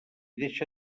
deixa